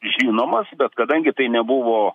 žinomas bet kadangi tai nebuvo